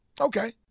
Okay